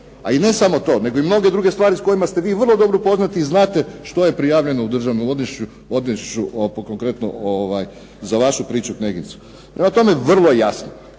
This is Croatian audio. A i ne samo to, nego i mnoge druge stvari s kojima ste vi vrlo dobro upoznati i znate što je prijavljeno u Državnom odvjetništvu, konkretno za